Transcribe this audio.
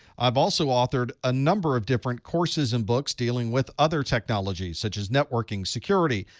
i've also authored a number of different courses and books dealing with other technologies, such as networking, security,